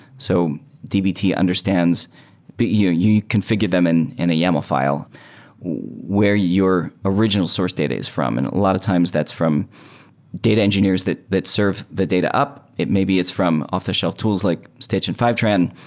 so dbt understands but you you confi gure them in in a yaml fi le where your original source data is from, and a lot of times that's from data engineers that that serve the data up. it maybe it's from off-the-shelf tools like stitch and fivetran,